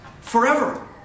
forever